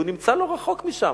הוא נמצא לא רחוק משם.